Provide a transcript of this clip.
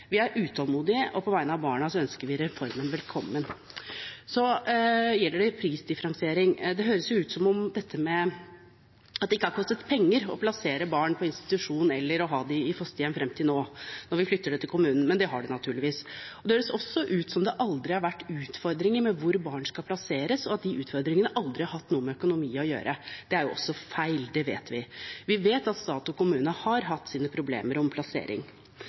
Vi er utålmodige, og på vegne av barna ønsker vi reformen velkommen. Så gjelder det prisdifferensiering: Det høres jo ut som om det ikke har kostet penger å plassere barn på institusjon eller å ha dem i fosterhjem fram til nå, når vi flytter det til kommunen, men det har det naturligvis gjort. Det høres også ut som om det aldri har vært utfordringer med hvor barn skal plasseres, og at de utfordringene aldri har hatt noe med økonomi å gjøre. Det er jo også feil, det vet vi. Vi vet at stat og kommune har hatt sine problemer med plassering.